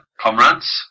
comrades